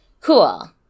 Cool